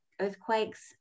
earthquakes